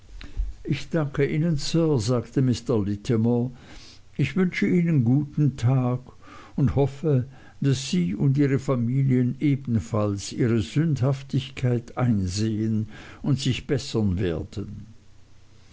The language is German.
ich danke ihnen sir sagte mr littimer ich wünsche ihnen guten tag und hoffe daß sie und ihre familien ebenfalls ihre sündhaftigkeit einsehen und sich bessern werden